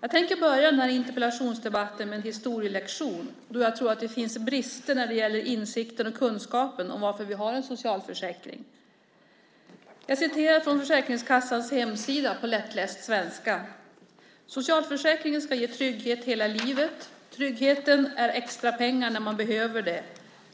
Jag tänker börja den här interpellationsdebatten med en historielektion, då jag tror att det finns brister när det gäller insikten och kunskapen om varför vi har en socialförsäkring. Jag läser från Försäkringskassans hemsida på lättläst svenska: Socialförsäkringen ska ge trygghet hela livet. Tryggheten är extra pengar när man behöver det.